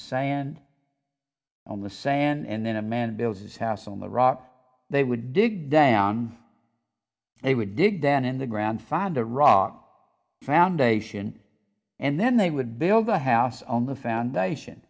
sand on the sand and then a man built his house on the rock they would dig down they would dig down in the grandfather rock foundation and then they would build a house on the foundation